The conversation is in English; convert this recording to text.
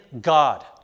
God